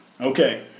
okay